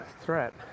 threat